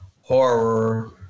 horror